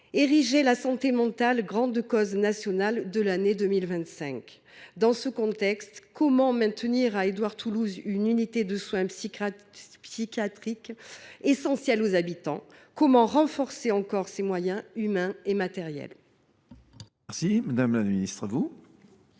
ériger la santé mentale en grande cause nationale de l’année 2025. Dans ce contexte, comment maintenir à Édouard Toulouse une unité de soins psychiatriques essentielle aux habitants ? Comment renforcer encore ses moyens humains et matériels ? La parole est à Mme